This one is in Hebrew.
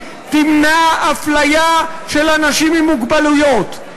תמנע אפליה של אנשים עם מוגבלויות.